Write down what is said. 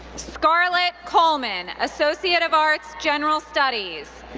scarlette coleman, associate of arts, general studies.